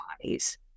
bodies